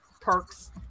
perks